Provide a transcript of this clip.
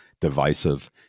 divisive